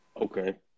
Okay